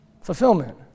Fulfillment